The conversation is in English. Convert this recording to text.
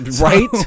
Right